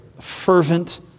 fervent